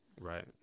Right